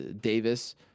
Davis